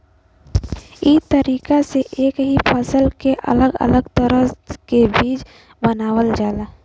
ई तरीका से एक ही फसल के अलग अलग तरह के बीज बनावल जाला